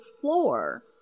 floor